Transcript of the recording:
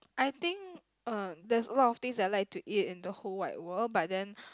I think uh there's a lot of thing I like to eat and the whole wide world but then